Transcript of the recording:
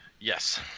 Yes